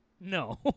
no